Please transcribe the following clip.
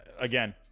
again